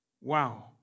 Wow